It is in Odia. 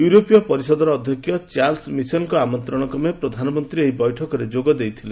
ୟୁରୋପୀୟ ପରିଷଦର ଅଧ୍ୟକ୍ଷ ଚାର୍ଲସ ମିଶେଲଙ୍କ ଆମନ୍ତ୍ରଣ କ୍ରମେ ପ୍ରଧାନମନ୍ତ୍ରୀ ଏହି ବୈଠକରେ ଯୋଗଦେଇଥିଲେ